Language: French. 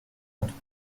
entre